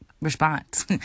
response